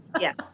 yes